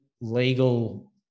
legal